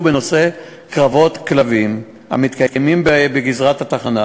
בנושא קרבות כלבים המתקיימים בגזרת התחנה.